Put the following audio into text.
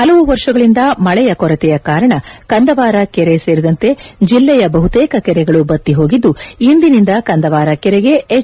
ಹಲವು ವರ್ಷಗಳಿಂದ ಮಳೆಯ ಕೊರತೆಯ ಕಾರಣ ಕಂದವಾರ ಕೆರೆ ಸೇರಿದಂತೆ ಜಿಲ್ಲೆಯ ಬಹುತೇಕ ಕೆರೆಗಳು ಬತ್ತಿ ಹೋಗಿದ್ಲು ಇಂದಿನಿಂದ ಕಂದವಾರ ಕೆರೆಗೆ ಎಚ್